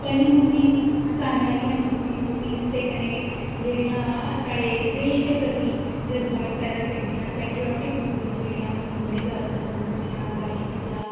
funny मूवियां स्हाने आह्लियां मूवियां ते कन्नै जेह्ड़ियां साढ़े देश दे प्रति जज्बात पैदा करदियां न पैट्रिआटिक मूवियां जेह्ड़ियां न ओह् मी बड़ी जैदा पसंद न जि'यां गल्ल कीती जा